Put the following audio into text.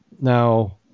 Now